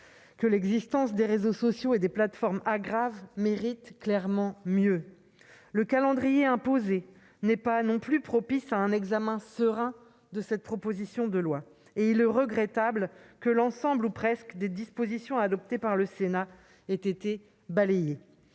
que l'existence des réseaux sociaux et des plateformes aggrave, mérite clairement que l'on fasse mieux. Le calendrier imposé n'est pas non plus propice à un examen serein de cette proposition de loi et il est regrettable que l'ensemble, ou presque, des dispositions adoptées par le Sénat aient été balayées.